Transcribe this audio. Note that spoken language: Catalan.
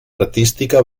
artística